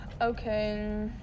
Okay